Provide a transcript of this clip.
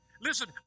Listen